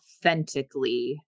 authentically